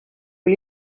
kui